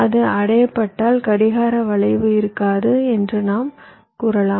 அது அடையப்பட்டால் கடிகார வளைவு இருக்காது என்று நாம் கூறலாம்